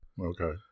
Okay